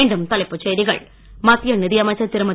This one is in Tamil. மீண்டும் தலைப்புச் செய்திகள் மத்திய நிதியமைச்சர் திருமதி